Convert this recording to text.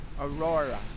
Aurora